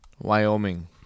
wyoming